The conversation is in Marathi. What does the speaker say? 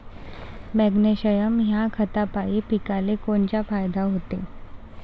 मॅग्नेशयम ह्या खतापायी पिकाले कोनचा फायदा होते?